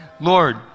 Lord